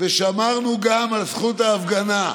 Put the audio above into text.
ושמרנו גם על זכות ההפגנה,